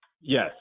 yes